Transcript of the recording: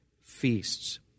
feasts